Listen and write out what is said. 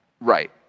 right